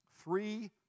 Three